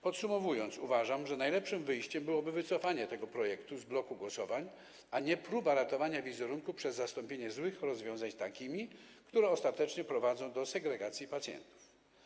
Podsumowując, uważam, że najlepszym wyjściem byłoby wycofanie tego projektu z bloku głosowań, a nie próba ratowania wizerunku przez zastąpienie złych rozwiązań takimi, które ostatecznie prowadzą do segregacji pacjentów.